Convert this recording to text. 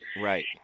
Right